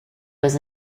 was